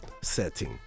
setting